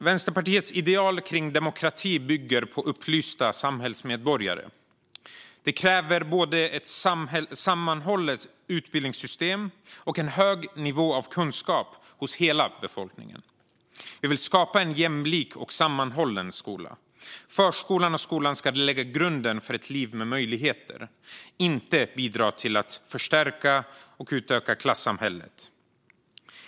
Vänsterpartiets ideal kring demokrati bygger på upplysta samhällsmedborgare. Det kräver både ett sammanhållet utbildningssystem och en hög nivå av kunskap hos hela befolkningen. Vi vill skapa en jämlik och sammanhållen skola. Förskolan och skolan ska lägga grunden för ett liv med möjligheter, inte bidra till att förstärka och utöka klassamhället.